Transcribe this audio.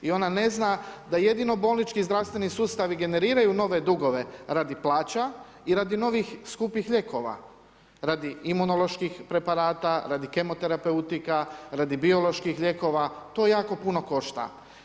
I ona ne zna, da jedino bolnički i zdravstveni sustavi generiraju nove dugove radi plaća i radi novih skupih lijekova, radi imunoloških preparata, radi kemoterapeuta, radi bioloških lijekova, to jako puno košta.